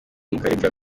mukareka